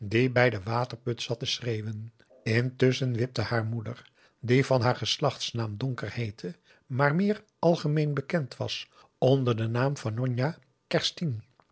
bij den waterput zat te schreeuwen intusschen wipte haar moeder die van haar geslachtsnaam donker heette maar meer algemeen bekend was onder den naam van njonjah